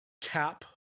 cap